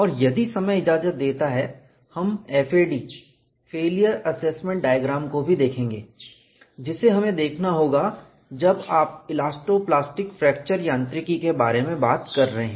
और यदि समय इजाजत देता है हम FAD फेलियर असेसमेंट डायग्राम को भी देखेंगे जिसे हमें देखना होगा जब आप इलास्टो प्लास्टिक फ्रैक्चर यांत्रिकी के बारे में बात कर रहे हैं